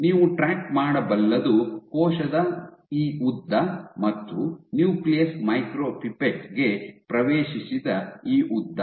ನೀವು ಟ್ರ್ಯಾಕ್ ಮಾಡಬಲ್ಲದು ಕೋಶದ ಈ ಉದ್ದ ಮತ್ತು ನ್ಯೂಕ್ಲಿಯಸ್ ಮೈಕ್ರೊಪಿಪೆಟ್ ಗೆ ಪ್ರವೇಶಿಸಿದ ಈ ಉದ್ದ